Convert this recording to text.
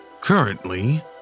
Currently